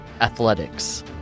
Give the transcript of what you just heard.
athletics